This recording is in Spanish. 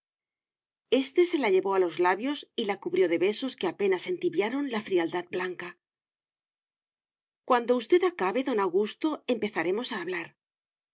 este se la llevó a los labios y la cubrió de besos que apenas entibiaron la frialdad blanca cuando usted acabe don augusto empezaremos a hablar